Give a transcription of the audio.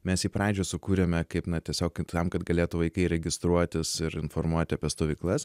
mes jį pradžioj sukūrėme kaip na tiesiog tam kad galėtų vaikai registruotis ir informuoti apie stovyklas